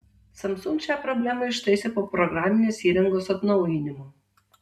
samsung šią problemą ištaisė po programinės įrangos atnaujinimo